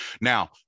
Now